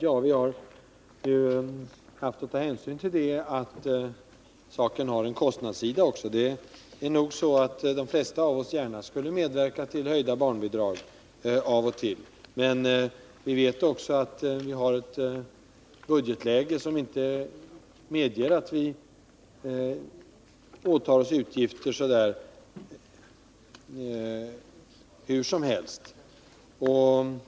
Vi har haft att ta hänsyn till att saken har en kostnadssida också. De flesta av oss skulle gärna medverka till höjda barnbidrag. Men vi vet också att vi har ett budgetläge som inte medger att vi åtar oss utgifter så där hur som helst.